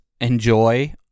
enjoy